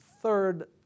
third